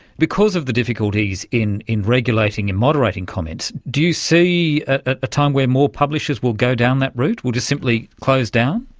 because of the difficulties in in regulating, in moderating comments, do you see a time when more publishers will go down that route, we'll just simply close down?